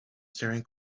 staring